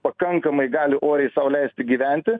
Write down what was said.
pakankamai galių oriai sau leisti gyventi